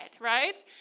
right